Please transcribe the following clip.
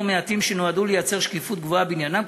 מעטים שנועדו לייצר שקיפות גבוהה בעניינם,